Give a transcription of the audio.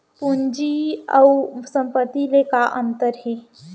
पूंजी अऊ संपत्ति ले का अंतर हे?